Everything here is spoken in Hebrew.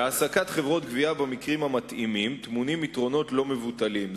בהעסקת חברות גבייה במקרים המתאימים טמונים יתרונות לא מבוטלים,